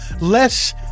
less